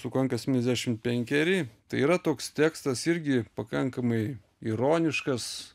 sukanka septyniasdešimt penkeri tai yra toks tekstas irgi pakankamai ironiškas